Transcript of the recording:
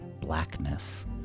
blackness